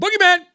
Boogeyman